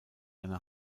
eine